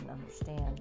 understand